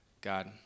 God